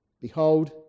Behold